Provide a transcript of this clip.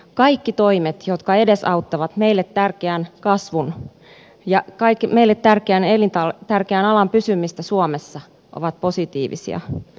kaikki toimet jotka edesauttavat meille tärkeän kasvun ja meille tärkeän alan pysymistä suomessa ovat positiivisia